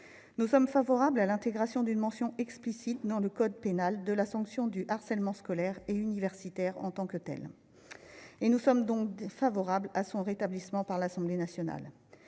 Nous sommes favorables à l'intégration d'une mention explicite, dans le code pénal, de la sanction du harcèlement scolaire et universitaire en tant que tel. Et nous sommes donc favorables à son rétablissement par l'Assemblée nationale.